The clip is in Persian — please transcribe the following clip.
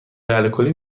الکلی